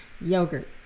Yogurt